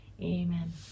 amen